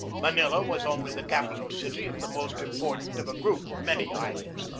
manila was only the capital city of the most important of a group of many islands,